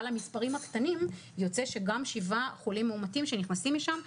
המספרים הקטנים יוצא שגם שבעה חולים מאומתים שנכנסים משם,